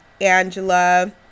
Angela